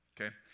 okay